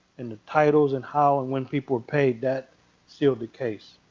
and the titles, and how and when people were paid, that sealed the case